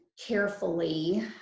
carefully